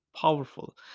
powerful